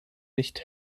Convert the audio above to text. nicht